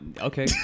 Okay